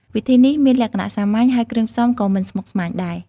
វិធីនេះមានលក្ខណៈសាមញ្ញ ហើយគ្រឿងផ្សំក៏មិនស្មុគស្មាញដែរ។